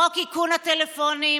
חוק איכון הטלפונים.